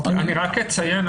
אני רק אציין,